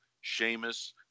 Sheamus